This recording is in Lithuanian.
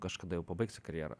kažkada jau pabaigsi karjerą